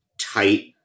tight